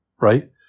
right